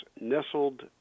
nestled